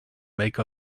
make